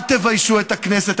אל תביישו את הכנסת.